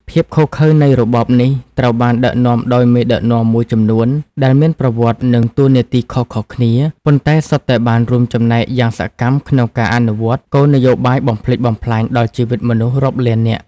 ភាពឃោរឃៅនៃរបបនេះ ត្រូវបានដឹកនាំដោយមេដឹកនាំមួយចំនួន ដែលមានប្រវត្តិ និងតួនាទីខុសៗគ្នា ប៉ុន្តែសុទ្ធតែបានរួមចំណែកយ៉ាងសកម្មក្នុងការអនុវត្តគោលនយោបាយបំផ្លិចបំផ្លាញដល់ជីវិតមនុស្សរាប់លាននាក់។